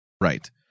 Right